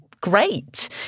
great